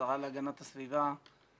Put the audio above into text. השרה להגנת הסביבה,